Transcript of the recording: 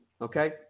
okay